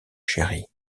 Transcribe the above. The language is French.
chéri